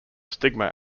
stigma